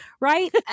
right